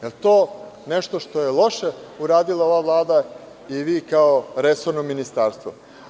Da li je to nešto što je loše uradila ova Vlada ili vi kao resorno ministarstvo?